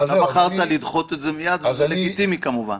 אתה בחרת לדחות את זה מייד וזה לגיטימי כמובן.